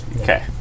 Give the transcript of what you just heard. Okay